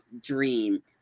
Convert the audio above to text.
dream